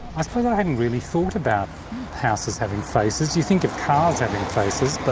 i suppose i hadn't really thought about houses having faces, you think of cars having faces but.